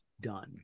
done